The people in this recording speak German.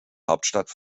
hauptstadt